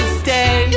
stay